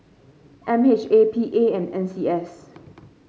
M H A P A and N C S